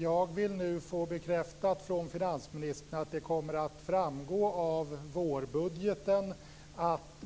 Jag vill nu få bekräftat av finansministern att det kommer att framgå av vårbudgeten att